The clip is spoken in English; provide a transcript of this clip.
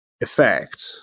effect